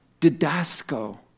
didasco